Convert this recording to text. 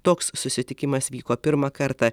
toks susitikimas vyko pirmą kartą